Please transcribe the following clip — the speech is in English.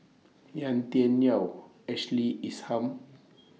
Yau Tian Yau Ashley Isham